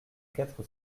quatre